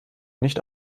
nicht